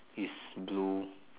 is blue